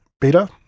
beta